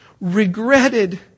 regretted